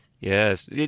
Yes